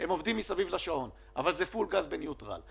אבל אתם תפסידו הרבה אנשים שנתנו למשק הזה זריקות החייאה.